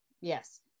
yes